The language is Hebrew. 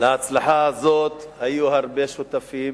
להצלחה הזאת היו הרבה שותפים.